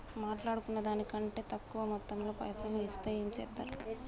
మాట్లాడుకున్న దాని కంటే తక్కువ మొత్తంలో పైసలు ఇస్తే ఏం చేత్తరు?